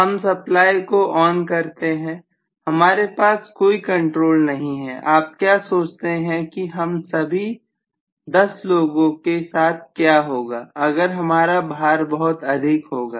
हम सप्लाई को ON करते हैं हमारे पास कोई कंट्रोल नहीं है आप क्या सोचते हैं कि हम सभी 10 लोगों के साथ क्या होगा हमारा भारत बहुत अधिक होगा